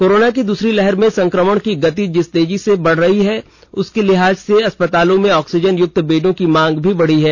corona की दूसरी लहर में संक्रमण की गति जिस तेजी के साथ बढ़ रही है उस लिहाज से अस्पतालों में ऑक्सीजन युक्त बेडों की मांग भी बढ़ रही है